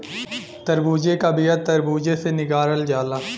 तरबूजे का बिआ तर्बूजे से निकालल जाला